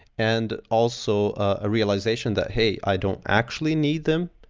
and also, a realization that, hey, i don't actually need them.